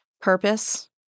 purpose